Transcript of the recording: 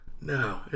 No